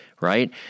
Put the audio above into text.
right